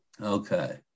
Okay